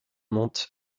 montent